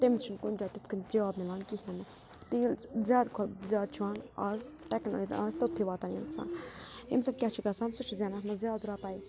تٔمِس چھُنہٕ کُنہِ جایہِ تِتھ کٔنۍ جاب مِلان کِہیٖنۍ نہٕ تہٕ ییٚلہِ زیادٕ کھۄتہٕ زیادٕ چھُ یِوان اَز ٹٮ۪ک آسہِ توٚتھٕے واتان اِنسان امہِ سۭتۍ کیٛاہ چھُ گژھان سُہ چھُ زینان اَتھ منٛز زیادٕ رۄپاے